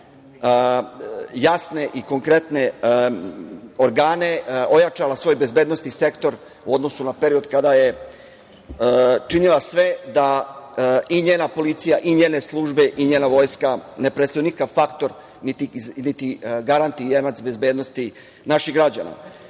jasne i konkretne organe, ojačala svoj bezbednosni sektor u odnosu na period kada je činila sve da i njena policija i njene službe i njena vojska ne predstavljaju nikakav faktor niti garant i jemac bezbednosti naših građana. Sve